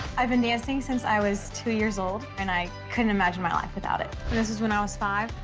i've been dancing since i was two years old and i couldn't imagine my life without it. and this is when i was five?